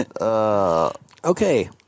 Okay